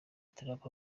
trump